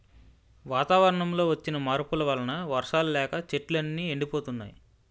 వాతావరణంలో వచ్చిన మార్పుల వలన వర్షాలు లేక చెట్లు అన్నీ ఎండిపోతున్నాయి